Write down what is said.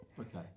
Okay